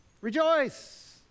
Rejoice